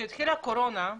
כשהתחילה הקורונה,